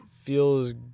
feels